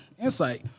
insight